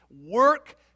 work